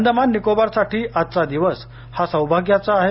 अंदमान निकोबारसाठी आजचा दिवस हा सौभाग्याचा आहे